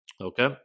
okay